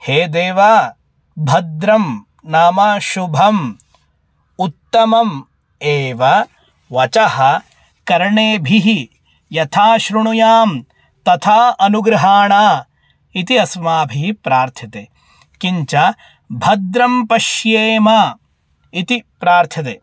हे देव भद्रं नाम शुभम् उत्तमम् एव वाचः कर्णेभिः यथा शृणुयां तथा अनुगृहाणा इति अस्माभिः प्रार्थ्यते किञ्च भद्रं पश्येम इति प्रार्थ्यते